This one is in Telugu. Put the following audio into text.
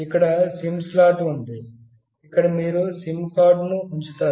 ఇక్కడ సిమ్ స్లాట్ ఉంది ఇక్కడ మీరు సిమ్ కార్డును ఉంచుతారు